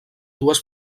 dues